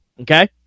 okay